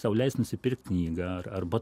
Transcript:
sau leist nusipirkt knygą ar arba